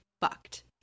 fucked